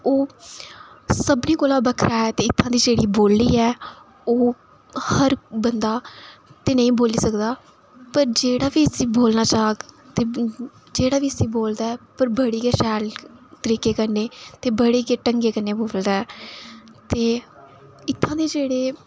ते ओह् सभनें कोला बक्खरा ऐ ते इत्थूं दी जेह्ड़ी बोल्ली ऐ ओह् हर बंदा ते नेईं बोल्ली सकदा पर जेह्ड़ा बी इसी बोलना चाह्ग जेह्ड़ा बी इसी बोलदा ऐ बड़ी गै शैल तरीके कन्नै ते बड़े गै ढंगै कन्नै बोलदा ऐ ते इत्थूं दे जेह्ड़े